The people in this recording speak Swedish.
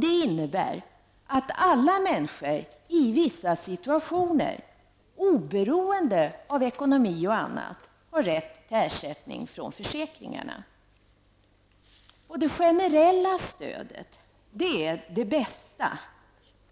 Det innebär att alla människor i vissa situationer, oberoende av ekonomi och annat, har rätt till ersättning från försäkringarna. Det generella systemet är det bästa stödet